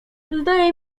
zdaje